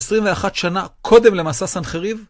21 שנה קודם למסע סנחריב.